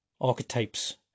archetypes